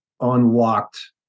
unlocked